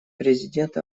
президент